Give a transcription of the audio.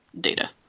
data